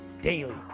daily